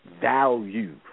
value